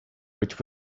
which